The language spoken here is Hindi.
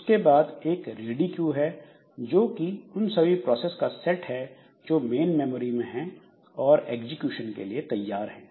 उसके बाद एक रेडी क्यू है जो कि उन सभी प्रोसेस का सेट है जो मेन मेमोरी में हैं और एग्जीक्यूशन के लिए तैयार है